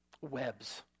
webs